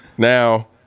Now